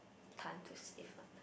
time to save what